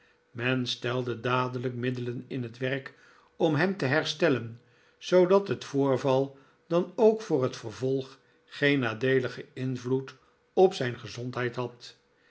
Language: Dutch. men stelde dadelijk middelen in het werk om hem te herstellen zoodat het voorval dan ook voor het vervolg geen nadeeligen invloed op zijne gezondheid bad